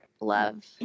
Love